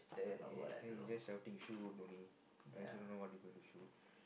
yes then he just shouting shoot only I also don't know what he going to shoot